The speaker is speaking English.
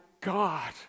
God